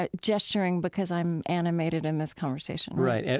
ah gesturing because i'm animated in this conversation right. and